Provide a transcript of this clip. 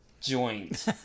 joint